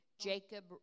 Jacob